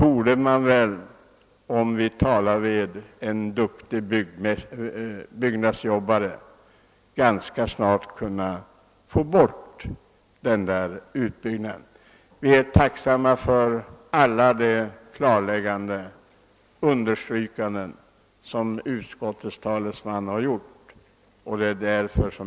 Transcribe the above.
Om man vidtalar en duktig byggnadsarbetare borde man ganska snart kunna få bort den. Vi är tacksamma för alla de klarläggande uttalanden som utskottets talesman har gjort.